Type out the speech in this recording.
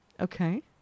Okay